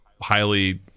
highly